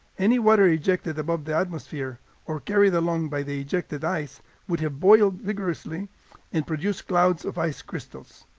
any water ejected above the atmosphere or carried along by the ejected ice would have boiled vigorously and produced clouds of ice crystals.